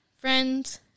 Friends